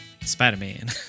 Spider-Man